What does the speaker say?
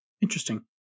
Interesting